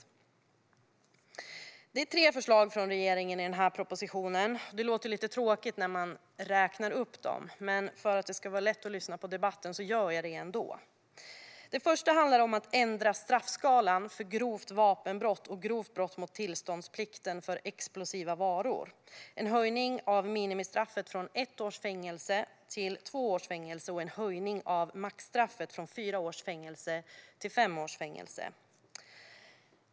Regeringen har tre förslag i propositionen. Det låter lite tråkigt när man räknar upp dem, men för att det ska vara lätt att förstå debatten gör jag det ändå. Det första förslaget handlar om att ändra straffskalan för grovt vapenbrott och grovt brott mot tillståndsplikten för explosiva varor. Det blir en höjning av minimistraffet från ett års fängelse till två års fängelse och en höjning av maxstraffet från fyra års fängelse till fem års fängelse.